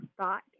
thought